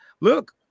look